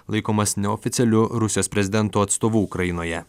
laikomas neoficialiu rusijos prezidento atstovu ukrainoje